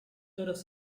toros